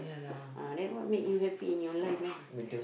ah then what make you happy in your life lah